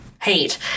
hate